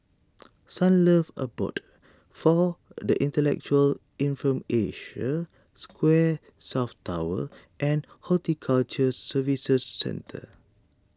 Sunlove Abode for the Intellectually Infirmed Asia Square South Tower and Horticulture Services Centre